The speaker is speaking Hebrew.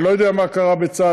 אני לא יודע מה קרה בצה"ל.